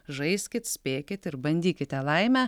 žaiskit spėkit ir bandykite laimę